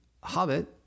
Hobbit